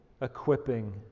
equipping